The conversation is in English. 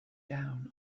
down